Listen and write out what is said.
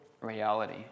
reality